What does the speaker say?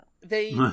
They-